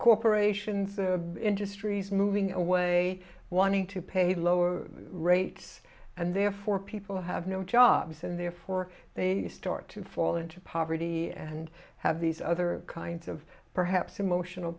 corporations industries moving away wanting to pay lower rates and therefore people have no jobs and therefore they start to fall into poverty and have these other kinds of perhaps emotional